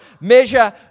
measure